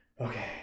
okay